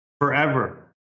Forever